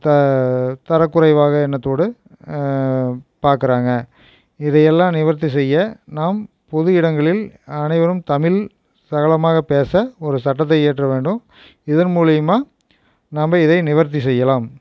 தரக்குறைவாக எண்ணத்தோடு பார்க்குறாங்க இதை எல்லாம் நிவர்த்தி செய்ய நாம் பொது இடங்களில் அனைவரும் தமிழ் சரளமாக பேச ஒரு சட்டத்தை இயற்ற வேண்டும் இதன் மூலிமா நாம் இதை நிவர்த்தி செய்யலாம்